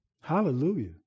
Hallelujah